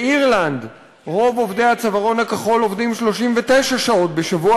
באירלנד רוב עובדי הצווארון הכחול עובדים 39 שעות בשבוע.